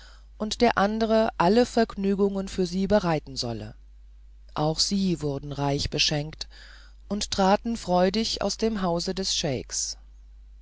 und der andere alle vergnügungen für sie bereiten solle auch sie wurden reich beschenkt und traten freudig aus dem hause des